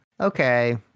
Okay